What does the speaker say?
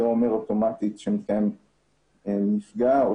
לא אומר אוטומטית שמתקיים מפגע או